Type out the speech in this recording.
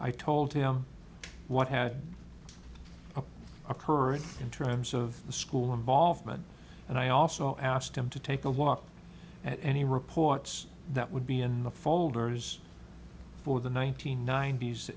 i told him what had occurred in terms of the school involvement and i also asked him to take a walk at any reports that would be in the folders for the one nine